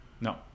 No